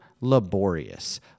laborious